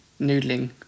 noodling